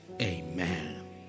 Amen